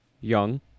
young